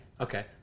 okay